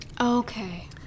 Okay